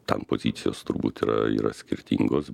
ten pozicijos turbūt yra yra skirtingos